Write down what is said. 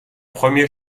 premier